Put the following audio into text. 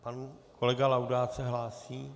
Pan kolega Laudát se hlásí.